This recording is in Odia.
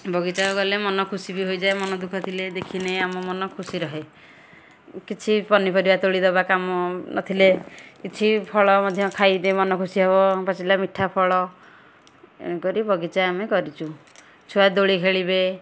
ବଗିଚାକୁ ଗଲେ ମନ ଖୁସି ବି ହୋଇଯାଏ ମନ ଦୁଃଖଥିଲେ ଦେଖିନେ ଆମ ମନ ଖୁସି ରହେ କିଛି ପନିପରିବା ତୋଳିଦେବା କାମ ନଥିଲେ କିଛି ଫଳ ମଧ୍ୟ ଖାଇ ମନ ଖୁସିହେବ ପାଚିଲା ମିଠା ଫଳ ଏଣୁକରି ବଗିଚା ଆମେ କରିଛୁ ଛୁଆ ଦୋଳି ଖେଳିବେ